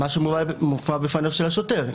מה שמופיע בפניו של השוטר.